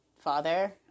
father